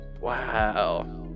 Wow